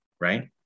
right